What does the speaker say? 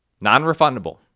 non-refundable